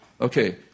Okay